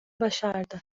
başardı